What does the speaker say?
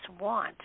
want